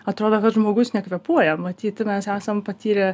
atrodo kad žmogus nekvėpuoja matyt mes esam patyrę